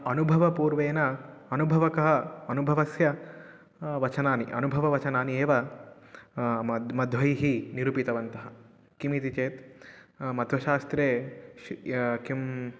अनुभवपूर्वेण अनुभवकः अनुभवस्य वचनानि अनुभववचनानि एव म मध्वैः निरूपितवन्तः किमिति चेत् मतशास्त्रे शि किम्